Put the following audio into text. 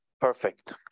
Perfect